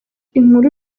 inkuru